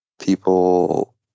people